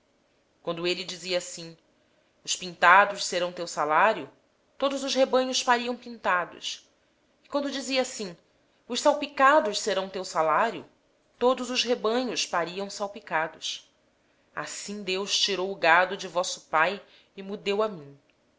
quando ele dizia assim os salpicados serão o teu salário então todo o rebanho dava salpicados e quando ele dizia assim os listrados serão o teu salário então todo o rebanho dava listrados de modo que deus tem tirado o gado de vosso pai e mo tem dado a mim